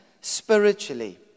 spiritually